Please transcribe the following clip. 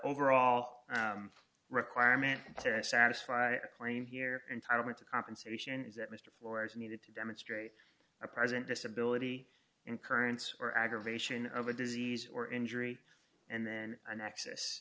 overall requirement to satisfy a claim here entitlement to compensation is that mr flores needed to demonstrate a present disability in currents or aggravation of a disease or injury and then an excess